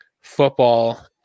football